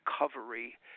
recovery